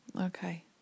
okay